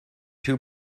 two